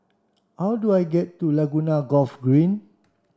how do I get to Laguna Golf Green